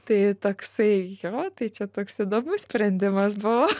tai toksai jo tai čia toksai įdomus sprendimas buvo